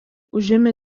užėmė